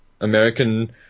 American